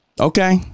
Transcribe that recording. Okay